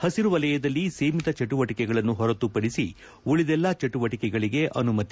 ಪಶಿರು ವಲಯದಲ್ಲಿ ಸೀಮಿತ ಚಟುವಟಿಕೆಗಳನ್ನು ಹೊರತುವಡಿಸಿ ಉಳಿದೆಲ್ಲಾ ಚಟುವಟಿಕೆಗಳಿಗೆ ಅನುಮತಿ